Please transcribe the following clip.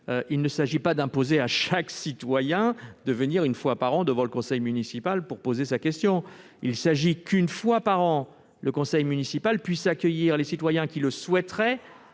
il ne s'agit pas d'imposer à chaque citoyen de venir une fois par an devant le conseil municipal pour poser sa question. Il s'agit de faire en sorte que, une fois par an, le conseil municipal puisse accueillir les citoyens qui le souhaiteraient,